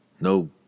No